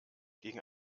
gegen